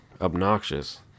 obnoxious